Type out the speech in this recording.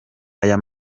aya